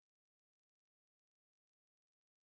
helping is the best thing